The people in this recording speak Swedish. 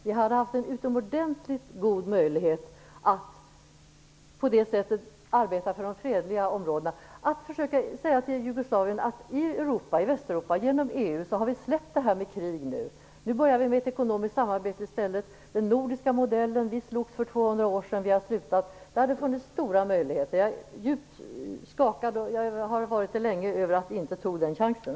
Vi hade haft en utomordentligt god möjlighet att arbeta för de fredliga områdena och säga till Jugoslavien att i Västeuropa, genom EU, har vi släppt detta med krig. Nu börjar vi med ett ekonomiskt samarbete i stället. Den handlar om den nordiska modellen. Vi slogs för 200 år sedan, och vi har slutat. Det hade funnits stora möjligheter. Jag är djupt skakad - och jag har varit det länge - över att vi inte tog den chansen.